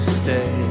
stay